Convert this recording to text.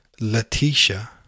Letitia